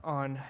on